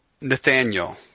Nathaniel